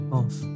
off